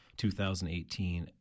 2018